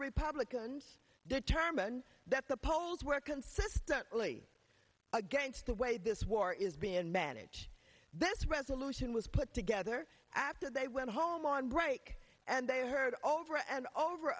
republicans determine that the polls were consistently against the way this war is being manage this resolution was put together after they went home on break and they heard over and over